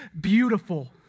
beautiful